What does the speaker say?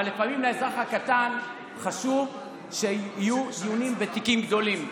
אבל לפעמים לאזרח הקטן חשוב שיהיו דיונים בתיקים גדולים.